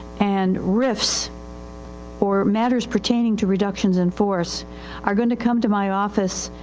and rifis or matters pertaining to reductions in force are going to come to my office,